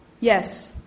Yes